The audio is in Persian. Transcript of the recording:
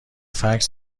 فکس